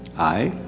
aye.